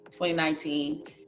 2019